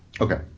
Okay